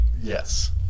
Yes